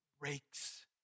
breaks